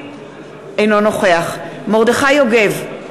אינו נוכח מרדכי יוגב,